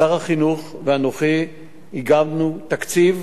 שר החינוך ואנוכי עיגנו תקציב,